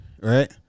right